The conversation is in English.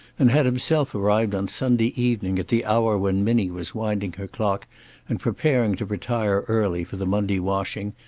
and had himself arrived on sunday evening, at the hour when minnie was winding her clock and preparing to retire early for the monday washing,